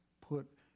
put